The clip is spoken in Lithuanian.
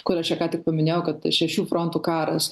kur aš čia ką tik paminėjau kad šešių frontų karas